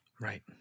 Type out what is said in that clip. Right